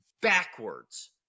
backwards